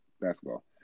basketball